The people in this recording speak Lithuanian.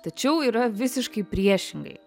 tačiau yra visiškai priešingai